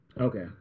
Okay